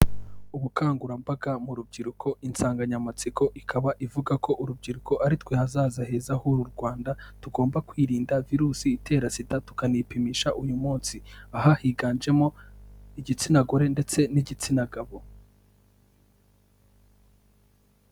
Ubukangurambaga mu rubyiruko insanganyamatsiko ikaba ivuga ko urubyiruko ari twe hazaza heza h'uru Rwanda, tugomba kwirinda virusi itera sida, tukanipimisha uyu munsi, aha higanjemo igitsina gore ndetse n'igitsina gabo.